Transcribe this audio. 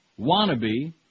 wannabe